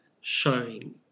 showing